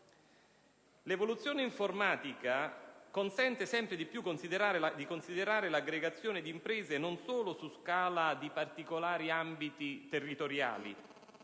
L'evoluzione informatica consente sempre di più di considerare l'aggregazione di imprese non solo su scala di particolari ambiti territoriali,